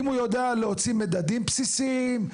אם הוא יודע להוציא מדדים בסיסיים.